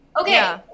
Okay